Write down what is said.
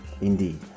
indeed